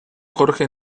jorge